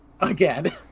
Again